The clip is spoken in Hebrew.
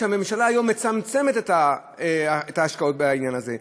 כשהממשלה היום מצמצמת את ההשקעות בעניין הזה,